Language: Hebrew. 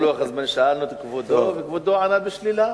שאלנו את כבודו וכבודו ענה בשלילה.